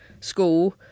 school